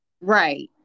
Right